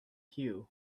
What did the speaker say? cue